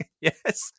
yes